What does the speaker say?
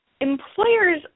employers